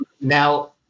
now